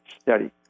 study